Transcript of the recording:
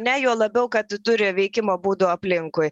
ne juo labiau kad turi veikimo būdų aplinkui